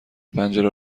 پنجره